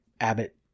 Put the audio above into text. Abbott